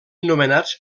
nomenats